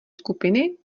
skupiny